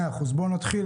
בואו נתחיל.